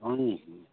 आनु